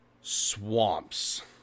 swamps